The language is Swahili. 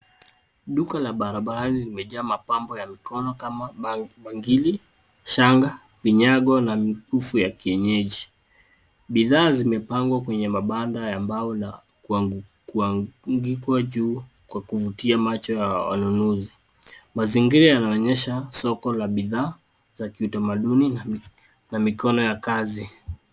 Duka lililoko kando ya barabara linauza mapambo ya mikono kama bangili, shanga, pinyago, na mikufu ya kienyeji. Bidhaa hizo zimepangwa kwa uangalifu kwenye mabanda ya mbawla ili kuvutia macho ya wanunuzi. Mazingatio hayo yanaonyesha soko la bidhaa za mikono zenye ubora wa kipekee na mitindo ya kipekee.